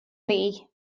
luí